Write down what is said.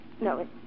No